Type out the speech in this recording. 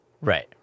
Right